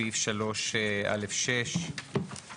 סעיף 3(א)(6).